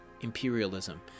imperialism